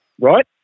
right